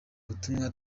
butumwa